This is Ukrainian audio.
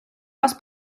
вас